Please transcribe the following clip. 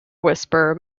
whisperer